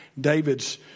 David's